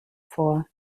vor